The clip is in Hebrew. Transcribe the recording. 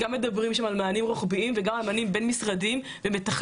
גם מדברים שם על מענים רוחביים וגם על מענים בין-משרדיים ומתכללים.